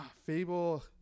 fable